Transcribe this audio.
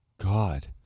God